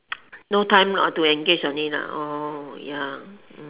no time to engage only orh ya